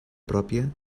pròpia